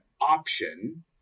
option